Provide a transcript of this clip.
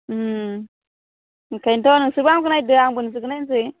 ओंखायन्थ' नोंसोरबो आंखौ नायदो आंबो नोंसोरखौ नायसै